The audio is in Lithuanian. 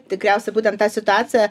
tikriausiai būtent ta situacija